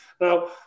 Now